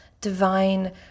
divine